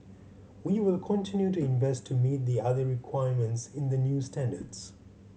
we will continue to invest to meet the other requirements in the new standards